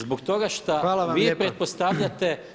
Zbog toga šta vi pretpostavljate